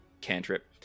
cantrip